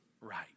right